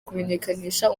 kumenyekanisha